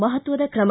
ಮಹತ್ವದ ಕ್ರಮ